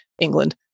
England